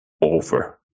over